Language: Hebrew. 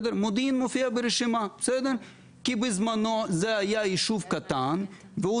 מודיעין מופיעה ברשימה כי בזמנו זה היה יישוב קטן והוא